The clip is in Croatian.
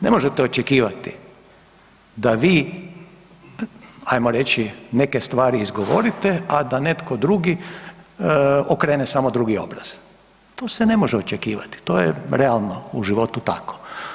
Ne možete očekivati da vi ajmo reći neke stvari izgovorite, a da netko drugi okrene samo drugi obraz, to se ne može očekivati to je realno u životu tako.